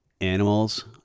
Animals